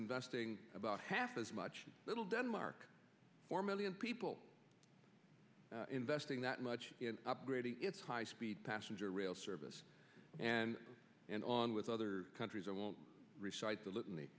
investing about half as much little denmark four million people investing that much in upgrading its high speed passenger rail service and and on with other countries i won't recites